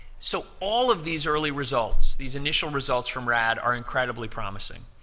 so, all of these early results, these initial results from rad, are incredibly promising.